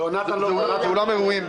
זה אולם אירועים.